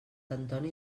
antoni